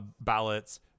ballots